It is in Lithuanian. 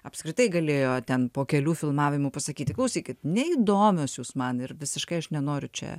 apskritai galėjo ten po kelių filmavimų pasakyti klausykit neįdomios jūs man ir visiškai aš nenoriu čia